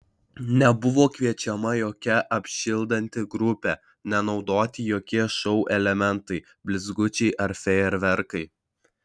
nebuvo kviečiama jokia apšildanti grupė nenaudoti jokie šou elementai blizgučiai ar fejerverkai